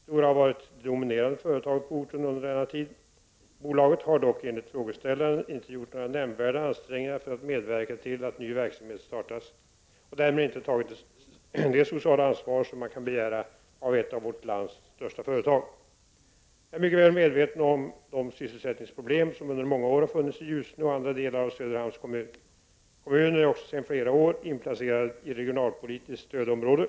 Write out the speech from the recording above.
Stora har varit det dominerande företaget på orten under denna tid. Bolaget har dock, enligt frågeställaren, inte gjort några nämnvärda ansträngningar för att medverka till att ny verksamhet startas och därmed inte tagit det sociala ansvar som man kan begära av ett av vårt lands största företag. Jag är mycket väl medveten om de sysselsättningsproblem som under många år funnits i Ljusne och i andra delar av Söderhamns kommun. Kommunen är också sedan flera år inplacerad i regionalpolitiskt stödområde.